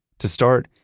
to start,